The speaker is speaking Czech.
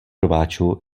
rváčů